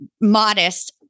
modest